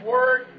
Word